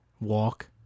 walk